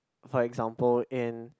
for example in